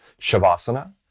shavasana